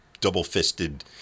double-fisted